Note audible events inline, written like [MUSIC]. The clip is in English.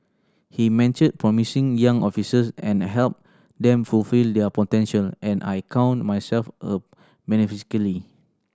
he mentored promising young officers and helped them fulfil their potential and I count myself a [UNINTELLIGIBLE]